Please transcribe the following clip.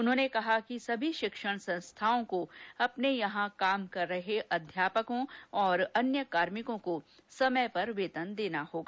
उन्होंने कहा कि समी शिक्षण संस्थानों को अपने यहां काम कर रहे अध्यापकों और अन्य कार्भिकों को समय पर वेतन देना होगा